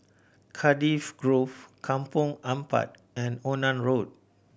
Cardiff Grove Kampong Ampat and Onan Road